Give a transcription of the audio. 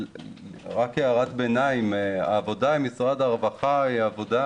הערת ביניים העבודה עם משרד הרווחה היא עבודה